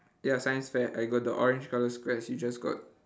ya science fair I got the orange colour squares you just got